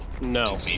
No